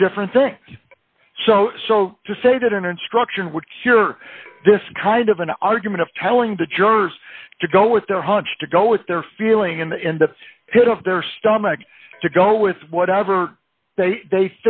two different things so so to say that an instruction would cure this kind of an argument of telling the jurors to go with their hunch to go if they're feeling in the in the pit of their stomach to go with whatever they th